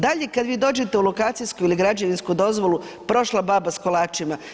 Dalje, kad vi dođete u lokacijsku ili građevinsku dozvolu, prošla baba s kolačima.